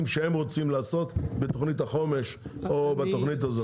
שהם רוצים לעשות בתוכנית החומש או בתוכנית הזאת?